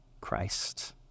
Christ